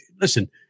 listen –